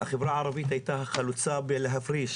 החברה הערבית הייתה חלוצה בלהפריש